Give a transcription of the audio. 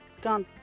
gone